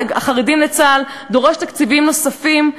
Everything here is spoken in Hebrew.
החרדים לצה"ל דורש תקציבים נוספים,